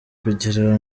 kugira